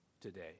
today